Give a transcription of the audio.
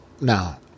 now